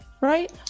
right